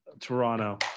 Toronto